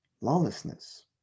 Lawlessness